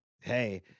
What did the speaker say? hey